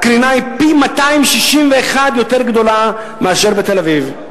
הקרינה פי-261 מאשר בתל-אביב.